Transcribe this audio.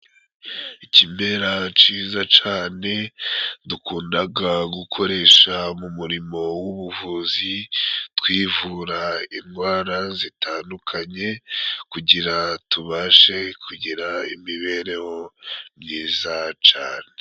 Ikimera ciza cane dukundaga gukoresha mu murimo w'ubuvuzi twivura indwara zitandukanye, kugira tubashe kugira imibereho myiza cane.